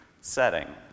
setting